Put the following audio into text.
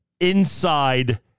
inside